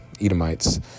edomites